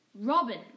Robin